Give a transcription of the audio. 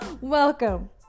Welcome